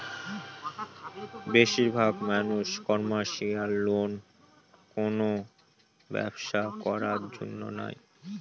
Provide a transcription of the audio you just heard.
বেশির ভাগ মানুষ কমার্শিয়াল লোন কোনো ব্যবসা করার জন্য নেয়